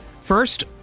first